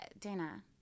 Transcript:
Dana